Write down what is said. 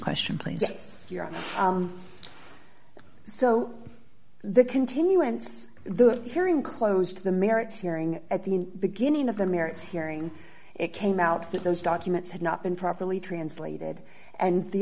question please so the continuance the hearing closed the merits hearing at the beginning of the merits hearing it came out that those documents had not been properly translated and the